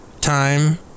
Time